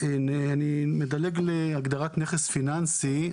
אני מדלג להגדרת "נכס פיננסי".